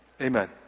Amen